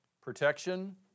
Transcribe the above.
protection